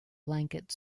blanket